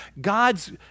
God's